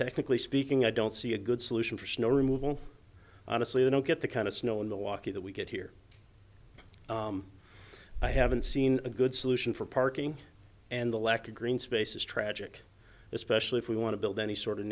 technically speaking i don't see a good solution for snow removal honestly i don't get the kind of snow on the walkie that we get here i haven't seen a good solution for parking and the lack of green space is tragic especially if we want to build any sort of